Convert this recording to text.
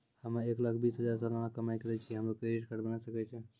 हम्मय एक लाख बीस हजार सलाना कमाई करे छियै, हमरो क्रेडिट कार्ड बने सकय छै?